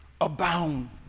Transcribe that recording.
abound